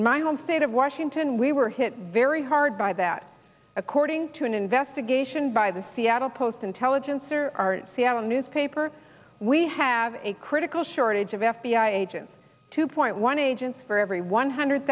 in my home state of washington we were hit very hard by that according to an investigation by the seattle post intelligencer our seattle newspaper we have a critical shortage of f b i agents two point one agents for every one hundred